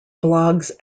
blogs